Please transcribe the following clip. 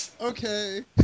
Okay